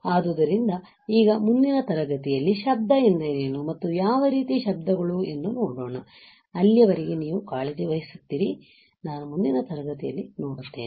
ಆದ್ದರಿಂದ ಈಗ ಮುಂದಿನ ತರಗತಿಯಲ್ಲಿ ಶಬ್ದ ಎಂದರೇನು ಮತ್ತು ಯಾವ ರೀತಿಯ ಶಬ್ದಗಳು ಎಂದು ನೋಡೋಣ ಅಲ್ಲಿಯವರೆಗೆ ನೀವು ಕಾಳಜಿ ವಹಿಸುತ್ತೀರಿ ನಾನು ಮುಂದಿನ ತರಗತಿಯಲ್ಲಿ ನೋಡುತ್ತೇನೆ